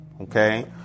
Okay